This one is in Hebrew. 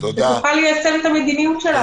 שתוכל ליישם את המדיניות שלה.